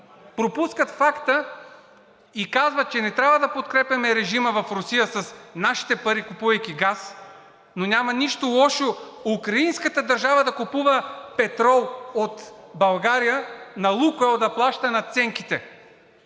пропускат факта и казват, че не трябва да подкрепяме режима в Русия с нашите пари, купувайки газ, но няма нищо лошо украинската държава да купува петрол от България, на „Лукойл“ да плаща надценките.